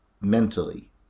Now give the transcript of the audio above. mentally